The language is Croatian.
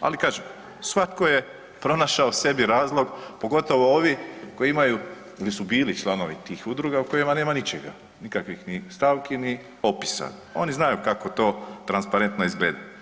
ali kažem svatko je pronašao sebi razlog pogotovo ovi koji imaju ili su bili članovi tih udruga u kojima nema ničega, nikakvih ni stavki, ni opisa, oni znaju kako to transparentno izgleda.